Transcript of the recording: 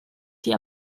die